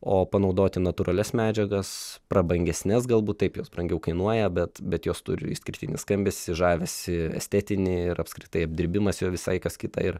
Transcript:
o panaudoti natūralias medžiagas prabangesnes galbūt taip jos brangiau kainuoja bet bet jos turi išskirtinį skambesį žavesį estetinį ir apskritai apdirbimas jo visai kas kita ir